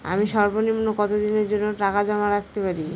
আমি সর্বনিম্ন কতদিনের জন্য টাকা জমা রাখতে পারি?